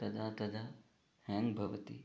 तदा तदा हेङ्ग् भवति